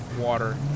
water